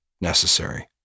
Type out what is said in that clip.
necessary